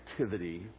activity